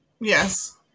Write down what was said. Yes